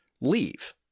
leave